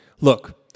Look